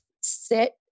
Sit